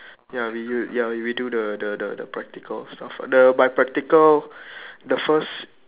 ya we you ya we do the the the practical stuff the by practical the first